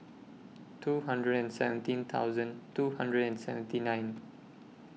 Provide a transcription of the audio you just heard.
two hundred and seventeen thousand two hundred and seventy nine